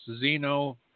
Zeno